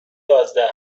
یازده